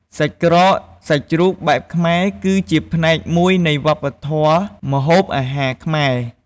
សាច់ក្រកសាច់ជ្រូកបែបខ្មែរគឺជាផ្នែកមួយនៃ វប្បធម៌ម្ហូបអាហារខ្មែរ។